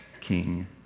King